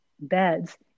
beds